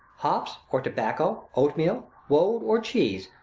hops, or tobacco, oatmeal, woad, or cheeses.